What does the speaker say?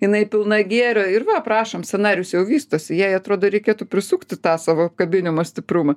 jinai pilna gėrio ir va prašom scenarijus jau vystosi jai atrodo reikėtų prisukti tą savo apkabinimo stiprumą